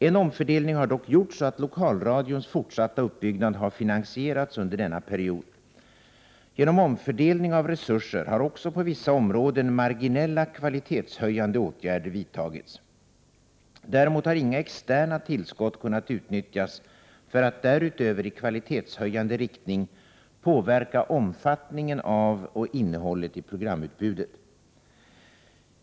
En omfördelning har dock gjorts så att lokalradions fortsatta uppbyggnad har finansierats under denna period. Genom omfördelning av resurser har också på vissa områden marginella kvalitetshöjande åtgärder vidtagits. Däremot har inga externa tillskott kunnat utnyttjas för att därutöver i kvalitetshöjande riktning påverka omfattningen av och innehållet i programutbudet.